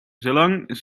zolang